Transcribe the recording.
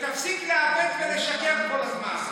ותפסיק לעוות ולשקר כל הזמן.